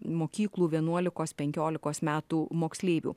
mokyklų vienuolikos penkiolikos metų moksleivių